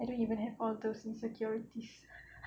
I don't even have all those insecurities